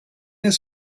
his